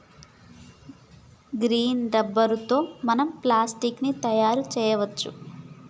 గీ rubber తో మనం plastic ని తయారు చేయవచ్చు